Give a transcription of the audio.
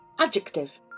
Adjective